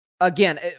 Again